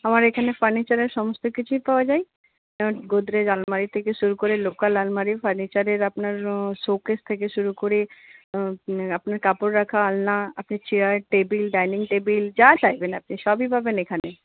আমার এখানে ফার্নিচারের সমস্ত কিছুই পাওয়া যায় যেমন গোদরেজ আলমারি থেকে শুরু করে লোকাল আলমারি ফার্নিচারের আপনার শোকেস থেকে শুরু করে আপনার কাপড় রাখা আলনা আপনি চেয়ার টেবিল ডাইনিং টেবিল যা চাইবেন আপনি সবই পাবেন এখানে